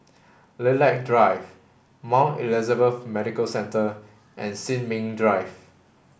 Lilac Drive Mount Elizabeth Medical Centre and Sin Ming Drive